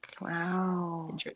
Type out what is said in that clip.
Wow